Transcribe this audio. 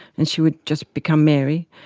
and she would just become mary,